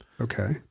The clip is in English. Okay